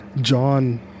john